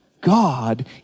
God